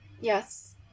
Yes